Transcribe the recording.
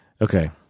Okay